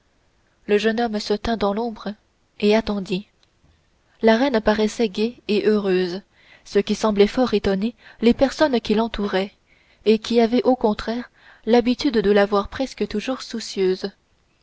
le jeune homme se tint dans l'ombre et attendit la reine paraissait gaie et heureuse ce qui semblait fort étonner les personnes qui l'entouraient et qui avaient au contraire l'habitude de la voir presque toujours soucieuse